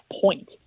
point